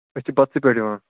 أسۍ چھِ بتسٕے پٮ۪ٹھ یِوان